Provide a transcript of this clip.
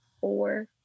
four